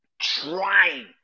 trying